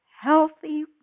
healthy